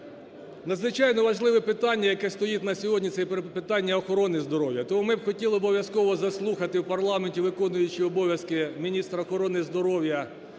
Надзвичайно важливе питання, як стоїть на сьогодні – це питання охорони здоров'я, тому ми б хотіли обов'язково заслухати в парламенті виконуючого обов'язки міністра охорони здоров'я